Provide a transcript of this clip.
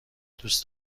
دوست